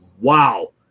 wow